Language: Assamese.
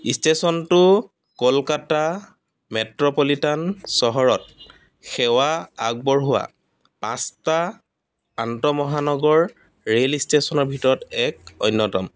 ষ্টেশ্যনটো কলকাতা মেট্ৰ'পলিটান চহৰত সেৱা আগবঢ়োৱা পাঁচটা আন্তঃমহানগৰ ৰেল ষ্টেশ্যনৰ ভিতৰত এক অন্যতম